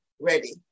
ready